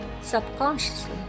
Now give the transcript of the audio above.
subconsciously